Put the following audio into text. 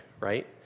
right